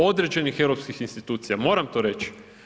Određenih europskih institucija, moram to reći.